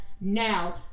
now